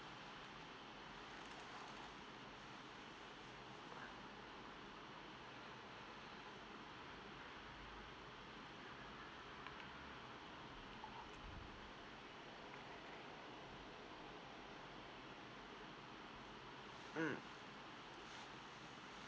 mm